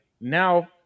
now